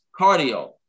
cardio